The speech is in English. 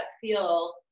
feel